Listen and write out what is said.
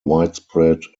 widespread